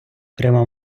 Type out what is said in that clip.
пряма